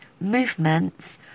movements